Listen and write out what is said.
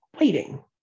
waiting